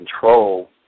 control